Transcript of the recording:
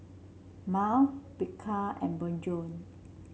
Mile Bika and Bonjour